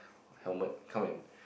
helmet come and